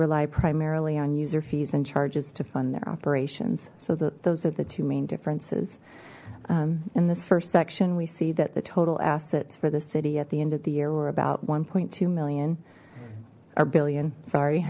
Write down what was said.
rely primarily on user fees and charges to fund their operations so that those are the two main differences in this first section we see that the total assets for the city at the end of the year were about one two million or billion sorry